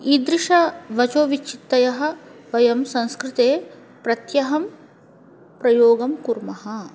ईदृशाः वचोविच्चित्तयः वयं संस्कृते प्रत्यहं प्रयोगं कुर्मः